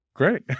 Great